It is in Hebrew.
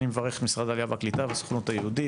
אני מברך את משרד העלייה והקליטה ואת הסוכנות היהודית,